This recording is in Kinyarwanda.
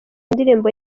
indirimbo